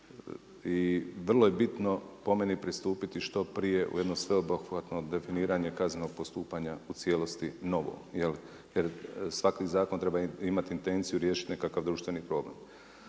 i vrlo je bitno po meni pristupiti što prije u jednom sveobuhvatnom definiranje kaznenog postupanja u cijelosti, novo, jer svaki zakon treba imati intenciju riješiti nekakav društveni problem.